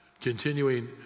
Continuing